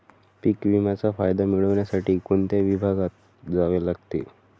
पीक विम्याचा फायदा मिळविण्यासाठी कोणत्या विभागात जावे लागते?